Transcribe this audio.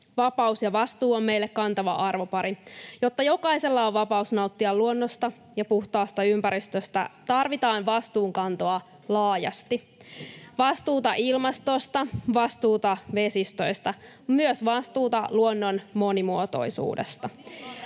Vapaus ja vastuu on meille kantava arvopari. Jotta jokaisella on vapaus nauttia luonnosta ja puhtaasta ympäristöstä, tarvitaan vastuunkantoa laajasti: vastuuta ilmastosta, vastuuta vesistöistä, myös vastuuta luonnon monimuotoisuudesta.